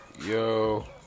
yo